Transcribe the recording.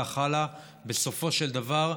בסופו של דבר,